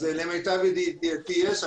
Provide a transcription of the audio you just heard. למיטב ידיעתי יש.